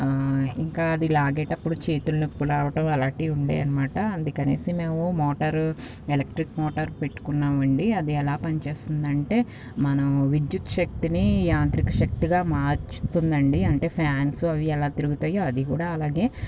ఇంకా అది లాగేటప్పుడు చేతులు నొప్పులు రావడం అలాంటివి ఉండేవి అన్నామాట అందుని మేము మోటారు ఎలక్ట్రిక్ మోటర్ పెట్టుకున్నాం అండి అది ఎలా పని చేస్తుందంటే మనం విద్యుత్ శక్తిని యాంత్రిక శక్తిగా మార్చుతుందండి అంటే ఫ్యాన్స్ అవి ఎలా తిరుగుతాయో అది కూడా అలాగే